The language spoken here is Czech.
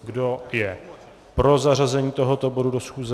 Kdo je pro zařazení tohoto bodu do schůze?